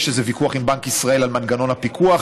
יש איזה ויכוח עם בנק ישראל על מנגנון הפיקוח,